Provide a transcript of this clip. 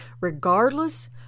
Regardless